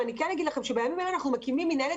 אבל אני אגיד לכם שבימים האלה אנחנו מקימים מינהלת